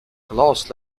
claus